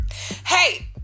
Hey